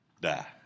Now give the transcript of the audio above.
die